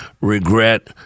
regret